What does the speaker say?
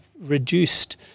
reduced